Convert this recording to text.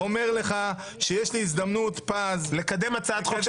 ואני אומר לך שיש לי הזדמנות פז -- לקדם הצעת חוק של סמוטריץ'.